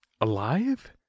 alive